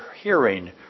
hearing